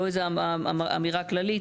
לא איזו אמירה כללית.